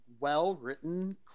well-written